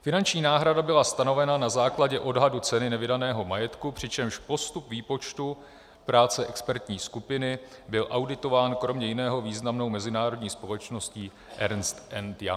Finanční náhrada byla stanovena na základě odhadu ceny nevydaného majetku, přičemž postup výpočtu práce expertní skupiny byl auditován kromě jiného významnou mezinárodní společností Ernst and Young.